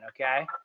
okay